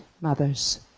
mothers